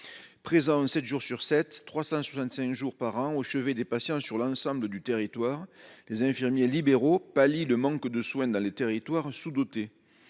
Présents sept jours sur sept, 365 jours par an, au chevet des patients sur l’ensemble du territoire, les infirmiers libéraux pallient le déficit d’offre de soins dans les territoires sous dotés.